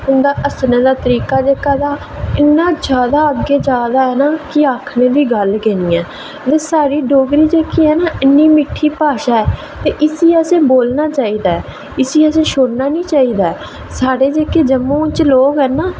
उं'दे हस्सनै दा तरीका इन्ना जैदा अग्गें जा दा ऐ ना कि आखनै दी गल्ल गै निं ऐ ते साढ़ी डोगरी जेह्की ऐ ना इन्नी मिट्ठी भाशा ऐ ना ते इसी असें बोलना चाहिदा ऐ इसी असें छोड़ना निं चाहिदा ऐ साढ़े जेह्के जम्मू च लोक हैन ना